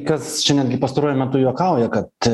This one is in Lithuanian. kas čia netgi pastaruoju metu juokauja kad